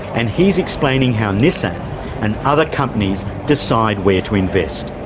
and he's explaining how nissan and other companies decide where to invest.